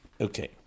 Okay